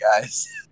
guys